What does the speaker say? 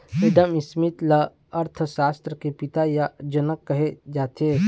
Adam Smith ल अर्थसास्त्र के पिता य जनक कहे जाथे